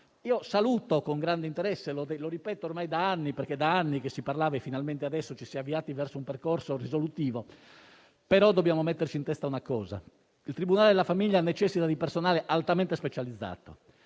il tema in questione, come ripeto ormai da tempo perché è da anni che se ne parla e finalmente adesso ci si è avviati verso un percorso risolutivo, però dobbiamo metterci in testa che il tribunale della famiglia necessita di personale altamente specializzato.